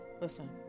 Listen